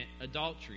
adultery